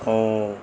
ऐं